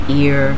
ear